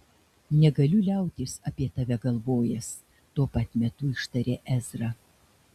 negaliu liautis apie tave galvojęs tuo pat metu ištarė ezra